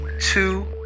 two